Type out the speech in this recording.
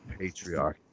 patriarchy